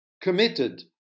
committed